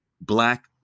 black